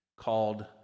called